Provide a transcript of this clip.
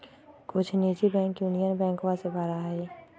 कुछ निजी bank Union बैंकवा से बड़ा हई